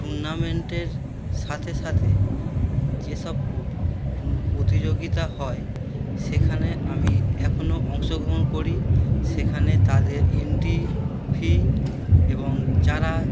টুর্নামেন্টের সাথে সাথে যেসব ও টু প্রতিযোগিতা হয় সেখানে আমি এখনও অংশগ্রহণ করি সেখানে তাদের এন্ট্রি ফি এবং যারা